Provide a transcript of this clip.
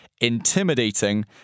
intimidating